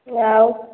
ଆଉ